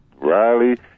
Riley